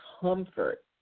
comfort